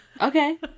Okay